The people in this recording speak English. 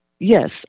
Yes